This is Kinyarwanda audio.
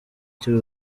cy’u